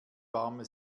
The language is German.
warme